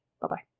Bye-bye